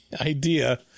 idea